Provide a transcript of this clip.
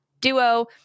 duo